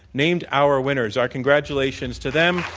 named our winners. our congratulations to them.